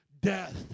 death